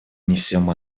несем